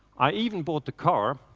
i even bought the car.